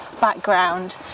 background